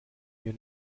mir